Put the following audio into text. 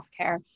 healthcare